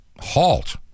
halt